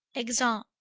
exeunt.